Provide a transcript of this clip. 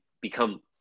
become